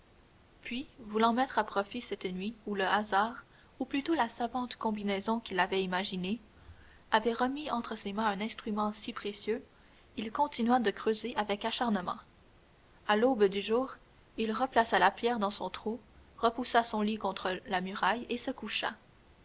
puis voulant mettre à profit cette nuit où le hasard ou plutôt la savante combinaison qu'il avait imaginée avait remis entre ses mains un instrument si précieux il continua de creuser avec acharnement à l'aube du jour il replaça la pierre dans son trou repoussa son lit contre la muraille et se coucha